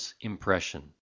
impression